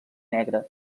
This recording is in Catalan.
negre